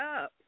up